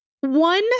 one